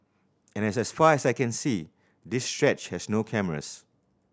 and as far as I can see this stretch has no cameras